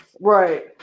Right